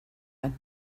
and